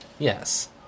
Yes